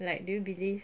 like do you believe